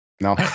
No